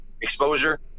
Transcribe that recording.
exposure